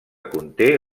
conté